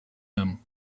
him